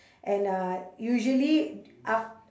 and uh usually af~